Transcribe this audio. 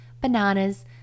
bananas